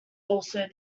also